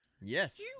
Yes